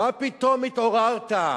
מה פתאום התעוררת?